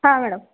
ಹಾಂ ಮೇಡಮ್